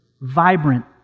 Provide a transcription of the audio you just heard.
vibrant